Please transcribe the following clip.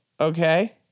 Okay